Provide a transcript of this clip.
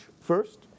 First